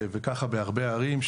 וככה בהרבה ערים,